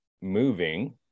moving